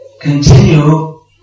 continue